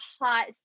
hot